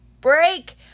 break